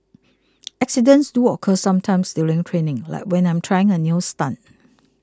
accidents do occur sometimes during training like when I'm trying a new stunt